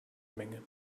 menge